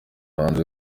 bahanzi